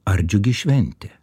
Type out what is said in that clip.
ar džiugi šventė